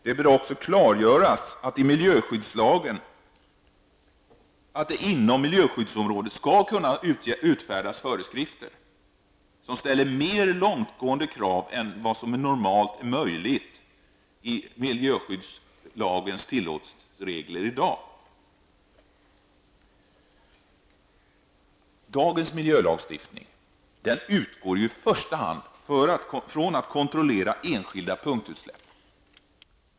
Det bör också klargöras i miljöskyddslagen att det inom miljöskyddsområdet skall kunna utfärdas föreskrifter som ställer mer långtgående krav än vad som normalt är möjligt med stöd i miljöskyddslagens nuvarande tillåtlighetsregler. Dagens miljölagstiftning utgår huvudsakligen från att kontrollera enskilda punktutsläpp.